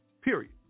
Period